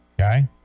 okay